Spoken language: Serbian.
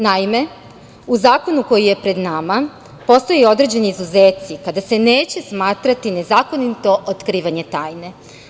Naime, u zakonu koji je pred nama postoje određeni izuzeci kada se neće smatrati nezakonito otkrivanje tajne.